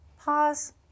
Pause